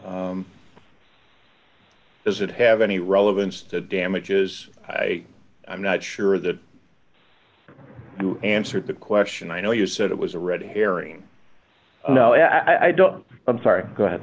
on does it have any relevance to damages i'm not sure that you answered the question i know you said it was a red herring i don't i'm sorry go ahead